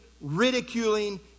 ridiculing